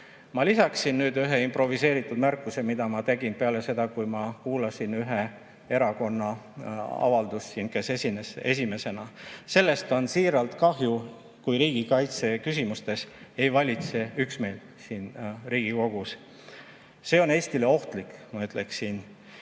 lisaksin nüüd ühe improviseeritud märkuse, mille ma tegin peale seda, kui ma kuulasin ühe erakonna avaldust, kes esines esimesena. Sellest on siiralt kahju, kui riigikaitse küsimustes ei valitse üksmeel siin Riigikogus. See on Eestile ohtlik, ma ütleksin.